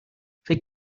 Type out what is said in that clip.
فکر